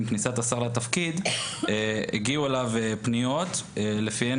עם כניסת השר לתפקיד הגיעו אליו פניות לפיהן